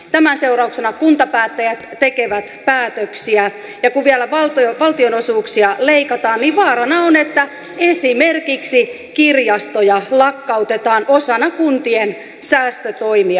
tämän seurauksena kuntapäättäjät tekevät päätöksiä ja kun vielä valtionosuuksia leikataan niin vaarana on että esimerkiksi kirjastoja lakkautetaan osana kuntien säästötoimia